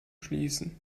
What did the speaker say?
schließen